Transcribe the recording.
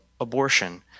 abortion